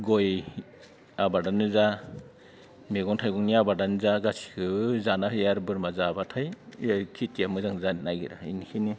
गय आबादानो जा मैगं थाइगंनि आबादानो जा गासिखो जाना होयो आर बोरमा जाब्लाथाय खेथिआ मोजां जानो नागिरा एनिखायनो